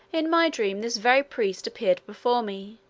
in my dream this very priest appeared before me,